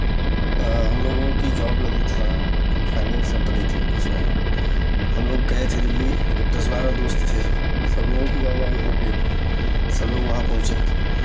हमलोगों की जॉब लगी थी वहाँ एक फाइनेंस कम्पनी थी उसमें हमलोग गए थे दिल्ली करीब दस बारह दोस्त थे सबलोगों की जॉब वहाँ लग गई थी सब लोग वहाँ पहुँचे